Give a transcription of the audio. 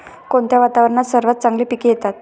कोणत्या वातावरणात सर्वात चांगली पिके येतात?